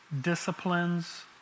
disciplines